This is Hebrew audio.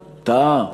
טעה,